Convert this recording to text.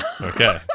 Okay